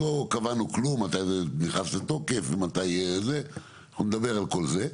לא קבענו כלום מתי זה נכנס לתוקף אנחנו נדבר על כל זה,